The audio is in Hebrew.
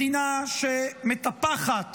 מדינה שמטפחת